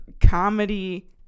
comedy